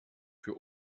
für